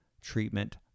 treatment